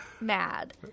mad